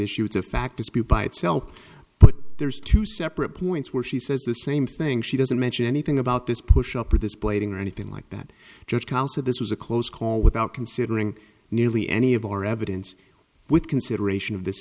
issue it's a fact dispute by itself but there's two separate points where she says the same thing she doesn't mention anything about this push up or this plating or anything like that just because of this was a close call without considering nearly any of our evidence with consideration of this